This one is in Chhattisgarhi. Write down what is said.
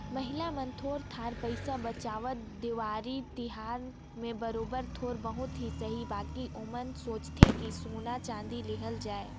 महिला मन थोर थार पइसा बंचावत, देवारी तिहार में बरोबेर थोर बहुत ही सही बकि ओमन सोंचथें कि सोना चाँदी लेहल जाए